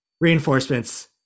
Reinforcements